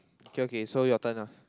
okay okay so your turn lah